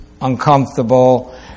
uncomfortable